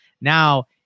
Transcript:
now